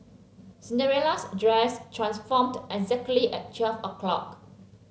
Cinderella's dress transformed exactly at twelve o' clock